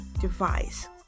device